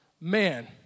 man